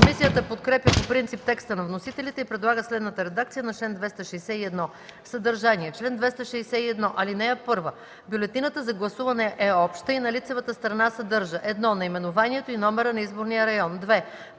Комисията подкрепя по принцип текста на вносителите и предлага следната редакция на чл. 261: „Съдържание Чл. 261. (1) Бюлетината за гласуване е обща и на лицевата страна съдържа: 1. наименованието и номера на изборния район; 2.